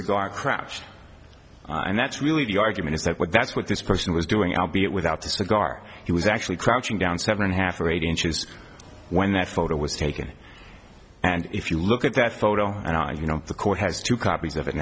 cigar crouch and that's really the argument is that what that's what this person was doing out be it without the cigar he was actually crouching down seven and a half or eight inches when that photo was taken and if you look at that photo and i you know the court has two copies of it